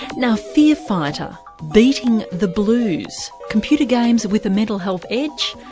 now, fearfighter, beating the blues computer games with a mental health edge,